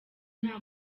nta